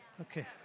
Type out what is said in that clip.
Okay